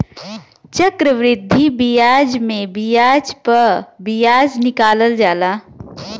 चक्रवृद्धि बियाज मे बियाज प बियाज निकालल जाला